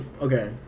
Okay